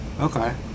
okay